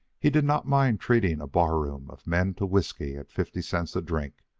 he did not mind treating a bar-room of men to whiskey at fifty cents a drink,